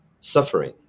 suffering